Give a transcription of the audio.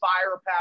firepower